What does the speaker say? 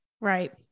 Right